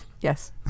Yes